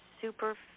super